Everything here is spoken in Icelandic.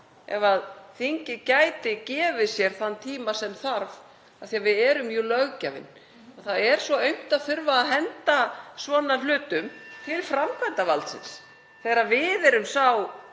ef þingið gæti gefið sér þann tíma sem þarf af því að við erum jú löggjafinn og það er svo aumt að þurfa að henda svona hlutum til framkvæmdarvaldsins þegar við erum sá